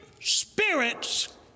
spirits